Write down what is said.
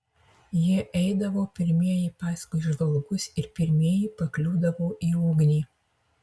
jie eidavo pirmieji paskui žvalgus ir pirmieji pakliūdavo į ugnį